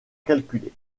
calculer